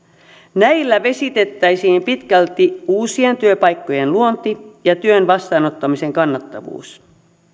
näillä vesitettäisiin pitkälti uusien työpaikkojen luonti ja työn vastaanottamisen kannattavuus